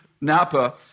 Napa